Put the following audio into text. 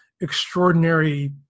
extraordinary